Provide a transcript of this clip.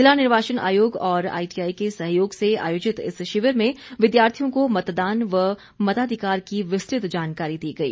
जिला निर्वाचन आयोग और आईटीआई के सहयोग से आयोजित इस शिविर में विद्यार्थियों को मतदान व मताधिकार की विस्तृत जानकारी दी गई